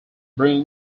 bruins